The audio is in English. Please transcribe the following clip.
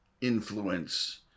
influence